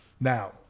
Now